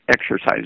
exercise